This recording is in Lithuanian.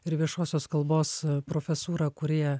ir viešosios kalbos profesūra kurie